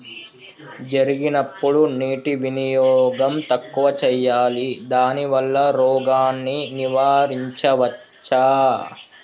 జరిగినప్పుడు నీటి వినియోగం తక్కువ చేయాలి దానివల్ల రోగాన్ని నివారించవచ్చా?